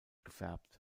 gefärbt